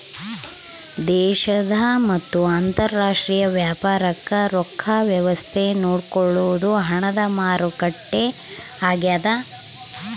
ದೇಶದ ಮತ್ತ ಅಂತರಾಷ್ಟ್ರೀಯ ವ್ಯಾಪಾರಕ್ ರೊಕ್ಕ ವ್ಯವಸ್ತೆ ನೋಡ್ಕೊಳೊದು ಹಣದ ಮಾರುಕಟ್ಟೆ ಆಗ್ಯಾದ